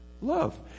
love